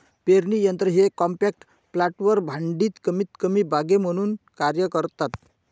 पेरणी यंत्र हे कॉम्पॅक्ट प्लांटर भांडी कमीतकमी बागे म्हणून कार्य करतात